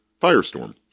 Firestorm